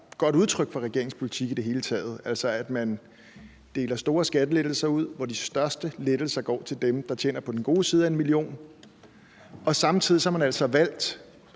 godt udtryk for regeringens politik i det hele taget – altså at man deler store skattelettelser ud, hvor de største lettelser går til dem, der tjener på den gode side af 1 mio. kr., og samtidig har man valgt